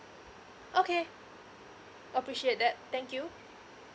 okay appreciate that thank you